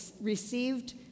received